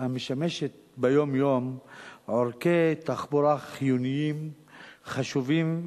המשמשת ביום-יום עורקי תחבורה חיוניים חשובים,